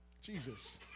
Jesus